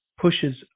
pushes